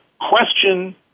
question